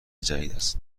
جدیداست